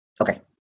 Okay